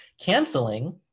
Canceling